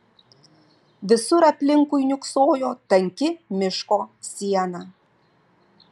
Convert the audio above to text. visur aplinkui niūksojo tanki miško siena